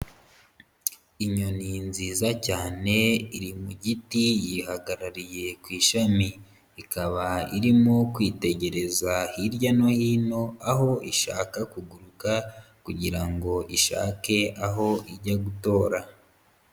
Inyoni nziza cyane iri mu giti yihagarariye ku ishami, ikaba irimo kwitegereza hirya no hino aho ishaka kuguruka kugira ngo ishake aho ijya gutora.